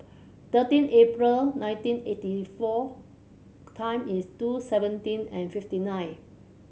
thirteen April nineteen eighty four o time is two seventeen and fifty nine